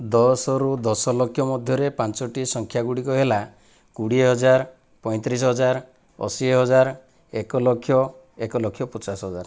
ଦଶରୁ ଦଶଲକ୍ଷ ମଧ୍ୟରେ ପାଞ୍ଚୋଟି ସଂଖ୍ୟା ଗୁଡ଼ିକ ହେଲା କୋଡ଼ିଏ ହଜାର ପଇଁତିରିଶ ହଜାର ଅଶୀ ହଜାର ଏକ ଲକ୍ଷ ଏକ ଲକ୍ଷ ପଚାଶ ହଜାର